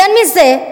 יותר מזה,